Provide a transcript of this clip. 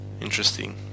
Interesting